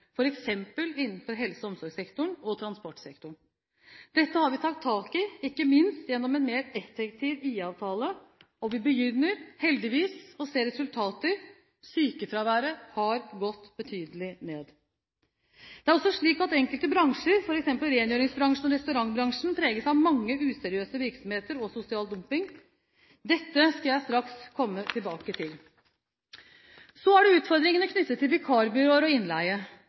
f.eks. innenfor helse- og omsorgssektoren og transportsektoren. Dette har vi tatt tak i ikke minst gjennom en mer effektiv IA-avtale, og vi begynner heldigvis å se resultater. Sykefraværet har gått betydelig ned. Det er også slik at enkelte bransjer, f.eks. rengjøringsbransjen og restaurantbransjen, preges av mange useriøse virksomheter og sosial dumping. Dette skal jeg komme tilbake til straks. Så er det utfordringene knyttet til vikarbyråer og innleie.